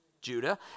Judah